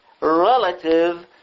relative